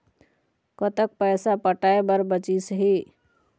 कतक पैसा पटाए बर बचीस हे?